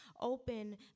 open